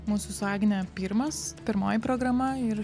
mūsų su agne pirmas pirmoji programa ir